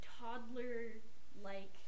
toddler-like